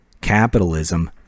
Capitalism